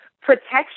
protection